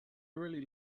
really